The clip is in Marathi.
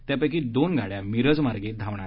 त्यापैकी दोन गाड्या मिरज मार्गे धावणार आहेत